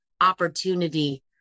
opportunity